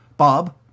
Bob